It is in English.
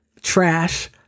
trash